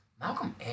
Malcolm